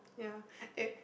ya eh